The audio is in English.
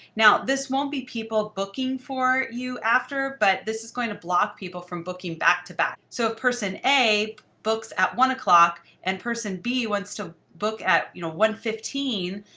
now, this won't be people booking for you after. but this is going to block people from booking back to back. so a person a books at one o'clock. and person b wants to book at you know one fifteen,